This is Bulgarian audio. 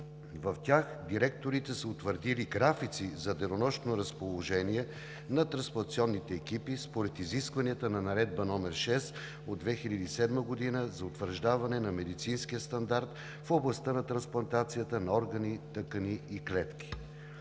В тях директорите са утвърдили графици за денонощно разположение на трансплантационни екипи според изискванията на Наредба № 6 от 2007 г. за утвърждаване на медицинския стандарт в областта на трансплантацията на органи, тъкани и клетки.